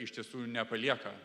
iš tiesų nepalieka